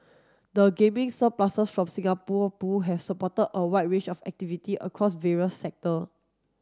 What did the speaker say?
the gaming surpluses from Singapore Pool have supported a wide range of activity across various sector